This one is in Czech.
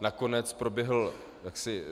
Nakonec proběhl